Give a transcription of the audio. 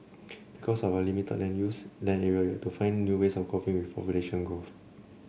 because of our limited land use land area we had to find new ways of coping with population growth